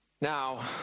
Now